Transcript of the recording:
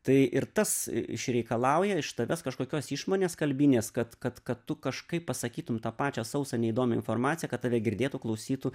tai ir tas išreikalauja iš tavęs kažkokios išmonės kalbinės kad kad kad tu kažkaip pasakytum tą pačią sausą neįdomią informaciją kad tave girdėtų klausytų